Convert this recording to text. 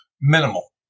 minimal